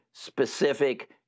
specific